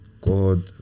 God